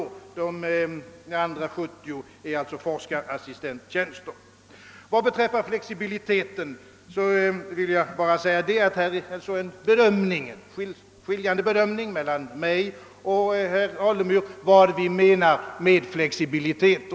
De andra 70 är forskarassistenttjänster. Beträffande flexibiliteten har herr Alemyr och jag en skiljaktig bedömning då det gäller innebörden av begreppet.